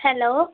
hello